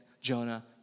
Jonah